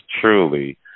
truly